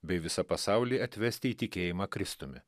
bei visą pasaulį atvesti į tikėjimą kristumi